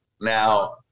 Now